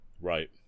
Right